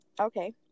Okay